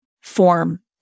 form